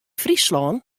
fryslân